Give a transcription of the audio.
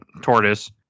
tortoise